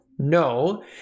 No